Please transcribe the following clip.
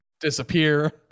disappear